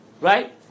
right